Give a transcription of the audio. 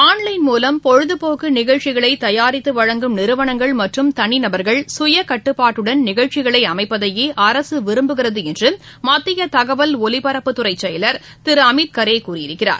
online மூலம் பொழுதுபோக்கு நிகழ்ச்சிகளை தயாரித்து வழங்கும் நிறுவனங்கள் மற்றும் தனி நபர்கள் சுய கட்டுப்பாட்டுடன் நிகழ்ச்சிகளை அமைப்பதையே அரசு விரும்புகிறது என்று மத்திய தகவல் ஒலிபரப்புத் துறை செயலாளர் திரு அமித் கரே கூறியிருக்கிறார்